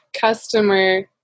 customer